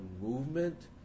movement